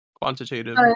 Quantitative